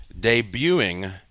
debuting